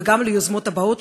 וגם על היוזמות הבאות.